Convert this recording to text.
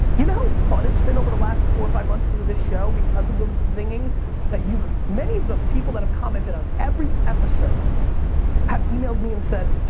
you know how fun it's been over the last four or five months cause of the show because of the zinging that you, many of the people that have commented on every episode have emailed me and said,